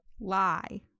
lie